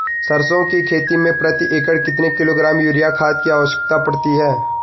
सरसों की खेती में प्रति एकड़ कितने किलोग्राम यूरिया खाद की आवश्यकता पड़ती है?